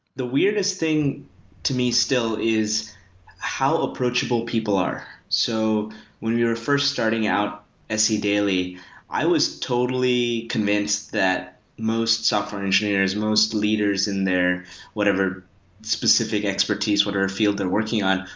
the weirdest thing to me still is how approachable people are. so when we were first starting out ah sedaily, i was totally convinced that most software engineers, most leaders in their whatever specific expertise, whatever field they're working on,